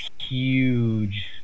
huge